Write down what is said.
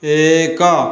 ଏକ